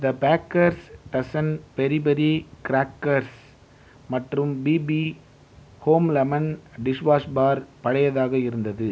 த bakers dozen berry berry crackers மற்றும் BB home lemon dishwash bar பழையதாக இருந்தது